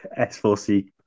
S4C